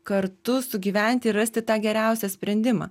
kartu sugyventi ir rasti tą geriausią sprendimą